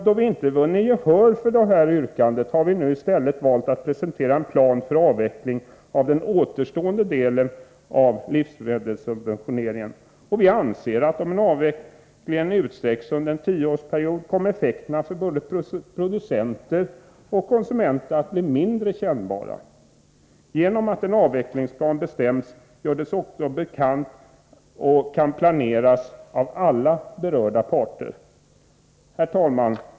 Då vi inte vunnit gehör för detta yrkande, har vi nu i stället valt att presentera en plan för avveckling av den återstående delen av livsmedelssubventioneringen. Vi anser att effekterna för både producenter och konsumenter kommer att bli mindre kännbara om avvecklingen utsträcks över en tioårsperiod. Genom att en avvecklingsplan bestäms görs avvecklingen också bekant för alla berörda parter, som kan planera härefter. Herr talman!